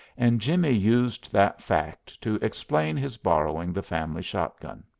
and jimmie used that fact to explain his borrowing the family shotgun.